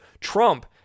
Trump